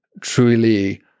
truly